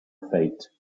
fate